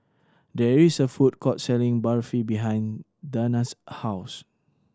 there is a food court selling Barfi behind Dana's house